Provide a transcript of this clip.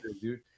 dude